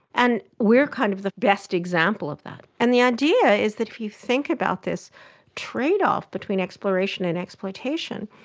and we are kind of the best example of that. and the idea is that if you think about this trade-off between exploration and exploitation,